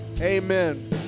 Amen